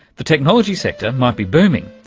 the technology sector might be booming,